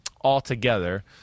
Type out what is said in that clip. altogether